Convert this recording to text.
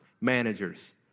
Managers